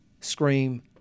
scream